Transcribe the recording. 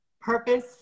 Purpose